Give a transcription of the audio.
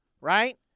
right